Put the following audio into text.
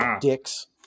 Dicks